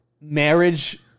marriage